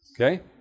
okay